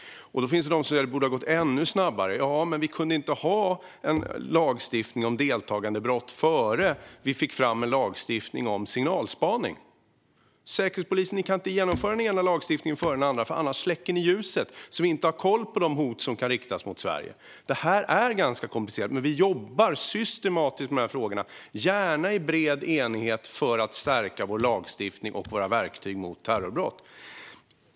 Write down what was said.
Det finns de som säger att det borde ha gått ännu snabbare. Ja, men vi kunde inte ha en lagstiftning om deltagandebrott innan vi fick fram en lagstiftning om signalspaning. Säkerhetspolisen kan inte genomföra den ena lagstiftningen före den andra. Då släcker ni ljuset så att vi inte har koll på de hot som kan riktas mot Sverige. Detta är ganska komplicerat, men vi jobbar systematiskt med de här frågorna, gärna i bred enighet för att stärka vår lagstiftning och våra verktyg mot terrorbrott.